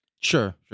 Sure